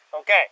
Okay